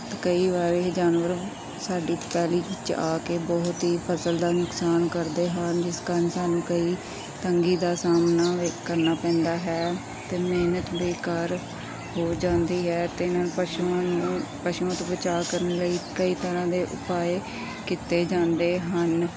ਕਈ ਵਾਰ ਇਹ ਜਾਨਵਰ ਸਾਡੀ ਪੈਲੀ ਵਿੱਚ ਆ ਕੇ ਬਹੁਤ ਹੀ ਫਸਲ ਦਾ ਨੁਕਸਾਨ ਕਰਦੇ ਹਨ ਜਿਸ ਕਾਰਨ ਸਾਨੂੰ ਕਈ ਤੰਗੀ ਦਾ ਸਾਹਮਣਾ ਵੀ ਕਰਨਾ ਪੈਂਦਾ ਹੈ ਅਤੇ ਮਿਹਨਤ ਬੇਕਾਰ ਹੋ ਜਾਂਦੀ ਹੈ ਅਤੇ ਇਹਨਾਂ ਪਸ਼ੂਆਂ ਨੂੰ ਪਸ਼ੂਆਂ ਤੋਂ ਬਚਾਅ ਕਰਨ ਲਈ ਕਈ ਤਰ੍ਹਾਂ ਦੇ ਉਪਾਏ ਕੀਤੇ ਜਾਂਦੇ ਹਨ